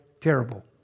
terrible